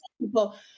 people